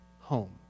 home